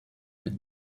been